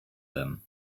them